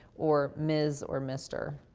or ms. or mr,